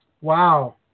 Wow